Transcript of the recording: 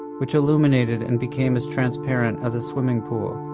which illuminated and became as transparent as a swimming pool,